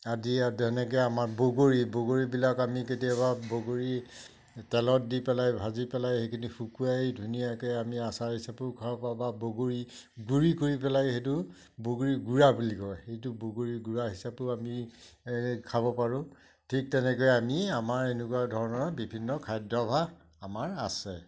আদি তেনেকৈ আমাৰ বগৰী বগৰীবিলাক আমি কেতিয়াবা বগৰী তেলত দি পেলাই ভাজি পেলাই সেইখিনি শুকুৱাই ধুনীয়াকৈ আমি আচাৰ হিচাপেও খাব পাৰোঁ বা বগৰী গুড়ি কৰি পেলাই সেইটো বগৰী গুড়া বুলি কয় সেইটো বগৰী গুড়া হিচাপেও আমি এ খাব পাৰোঁ ঠিক তেনেকৈ আমি আমাৰ এনেকুৱা ধৰণৰ বিভিন্ন খাদ্যাভাস আমাৰ আছে